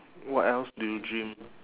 what else do you dream